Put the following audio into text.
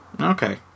Okay